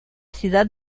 ciudad